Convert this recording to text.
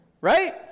right